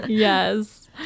Yes